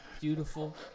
beautiful